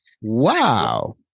Wow